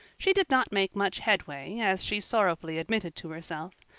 she did not make much headway, as she sorrowfully admitted to herself.